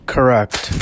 Correct